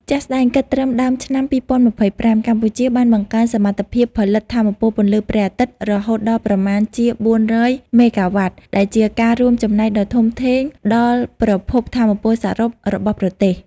ជាក់ស្តែង គិតត្រឹមដើមឆ្នាំ២០២៥ កម្ពុជាបានបង្កើនសមត្ថភាពផលិតថាមពលពន្លឺព្រះអាទិត្យរហូតដល់ប្រមាណជា ៤០០ មេហ្គាវ៉ាត់ ដែលជាការរួមចំណែកដ៏ធំធេងដល់ប្រភពថាមពលសរុបរបស់ប្រទេស។